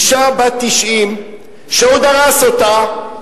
אשה בת 90 שהוא דרס אותה,